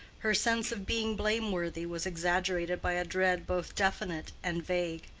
her sense of being blameworthy was exaggerated by a dread both definite and vague.